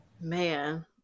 Man